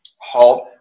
halt